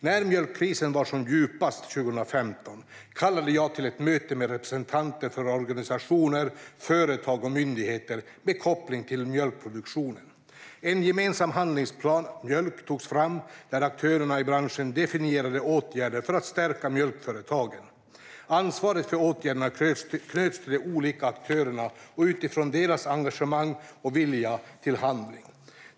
När mjölkkrisen var som djupast 2015 kallade jag till ett möte med representanter för organisationer, företag och myndigheter med koppling till mjölkproduktionen. En gemensam "handlingsplan mjölk" togs fram. I denna definierade aktörerna i branschen åtgärder för att stärka mjölkföretagen. Ansvaret för åtgärderna knöts till de olika aktörerna och utifrån deras engagemang och vilja till handling.